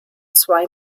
zwei